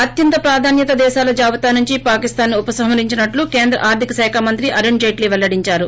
అత్యంత ప్రాధాన్వత దేశాల జాబితా నుంచి పాకిస్తాస్ను ఉపసంహరించిన కేంద్ర ఆర్షిక శాఖ మంత్రి అరుణ్ జైట్లి పెల్లడించారు